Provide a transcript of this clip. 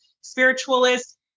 spiritualist